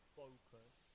focus